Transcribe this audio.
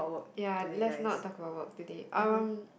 ya let's not talk about work today um